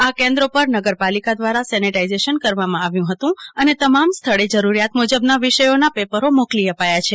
આ કેન્દ્રો પર નગરપાલિકા દ્વારા સેનિટાઇઝ કરવામાં આવ્યું હતું અને તમામ સ્થળે જરૂરિયાત મુજબના વિષયોના પેપરો મોકલી અપાયા છે